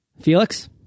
Felix